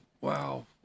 wow